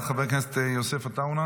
חבר הכנסת יוסף עטאונה,